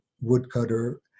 woodcutter